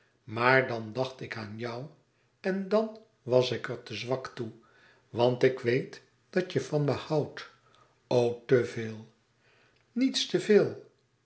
maar dan dacht ik aan jou en dan was ik er te zwak toe want ik weet dat je van me houdt o te veel niets te veel